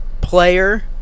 Player